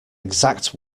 exact